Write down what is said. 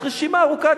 יש רשימה ארוכה,